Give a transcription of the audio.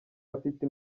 afite